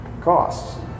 costs